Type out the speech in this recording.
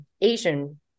Asian